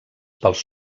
pels